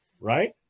right